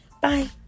Bye